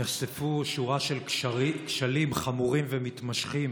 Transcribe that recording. נחשפו שורה של כשלים חמורים ומתמשכים